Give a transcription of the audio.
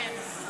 כן.